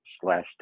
slash